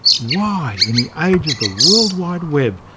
why, in the age of the world wide web,